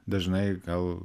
dažnai gal